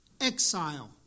exile